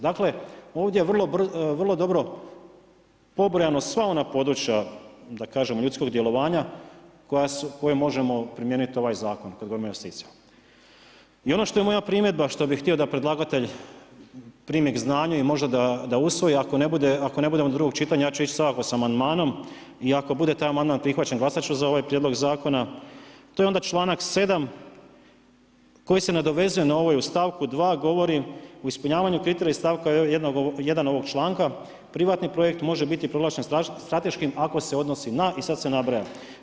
Dakle, ovdje je vrlo dobro pobrojano sva ona područja ljudskog djelovanja koja možemo primijeniti u ovaj zakon … I ono što je moja primjedba, što bi htio da predlagatelj primi k znanju i možda da usvoji, ako ne bude drugog čitanja ja ću ići svakako sa amandmanom i ako bude taj amandman prihvaćen, glasat ću za ovaj prijedlog zakona, to je onda članak 7. koji se nadovezuje na ovaj u stavku 2. govori u ispunjavanju kriterija iz stavka 1. ovog članka, privatni projekt može biti proglašen strateškim ako se odnosi na i sad se nabraja.